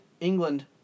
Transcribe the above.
England